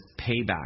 payback